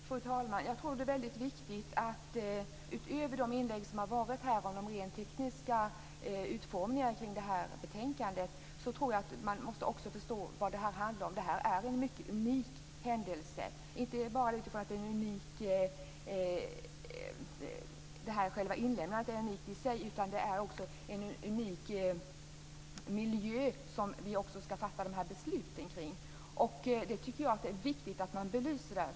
Fru talman! Jag tror att det är väldigt viktigt att utöver de inlägg som varit om den rent tekniska utformningen av betänkandet se till vad det handlar om. Det här är en mycket unik händelse. Det är inte bara inlämnandet av materialet som är unikt i sig. Det är också en unik miljö som vi ska fatta dessa beslut kring. Jag tycker att det är viktigt att man belyser det.